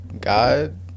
God